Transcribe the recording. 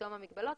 מתום המגבלות,